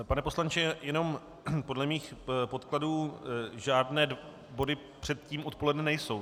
Pane poslanče, podle mých podkladů žádné body předtím odpoledne nejsou.